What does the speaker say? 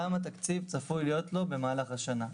כמה תקציב צפוי להיות לו במהלך השנה.